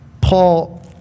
Paul